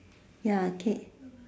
ya okay